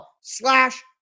slash